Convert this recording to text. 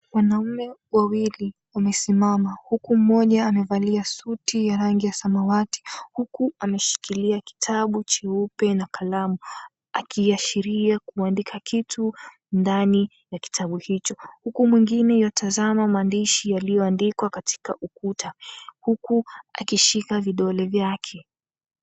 Wanaume wawili wamesimama, huku mmoja amevalia suti ya rangi ya samawati, huku ameshikilia kitabu cheupe na kalamu akiashiria kuandika kitu ndani ya kitabu hicho. Huku mwingine ywatazama maandishi yaliyoandikwa katika ukuta, huku akishika vidole vyake.